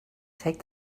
take